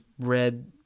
red